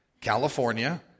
California